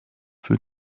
für